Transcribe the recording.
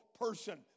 person